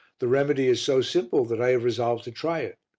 the remedy is so simple that i have resolved to try it.